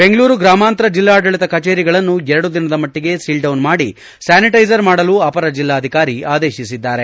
ಬೆಂಗಳೂರು ಗ್ರಾಮಾಂತರ ಜಿಲ್ಲಾಡಳಿತ ಕಚೇರಿಗಳನ್ನು ಎರಡು ದಿನದ ಮಟ್ಟಗೆ ಸೀಲ್ಡೌನ್ ಮಾಡಿ ಸ್ಲಾನಿಟ್ಟೆಸರ್ ಮಾಡಲು ಅಪರ ಜಿಲ್ಲಾಧಿಕಾರಿ ಆದೇಶಿಸಿದ್ದಾರೆ